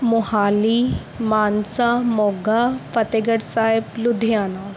Mohali Mansa Moga Fatehgarh Sahib Ludhiana